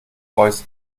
voice